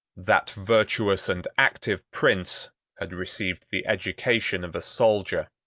that virtuous and active prince had received the education of a soldier,